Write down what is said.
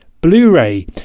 Blu-ray